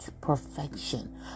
perfection